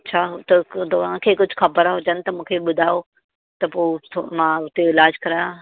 अच्छा हुतो को तव्हांखे कुझु ख़बर हुजनि त मूंखे ॿुधायो त पोइ छो मां हुते इलाज करायां